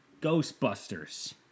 Ghostbusters